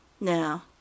Now